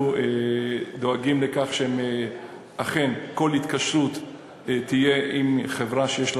אנחנו דואגים לכך שאכן כל התקשרות תהיה עם חברה שיש לה